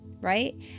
right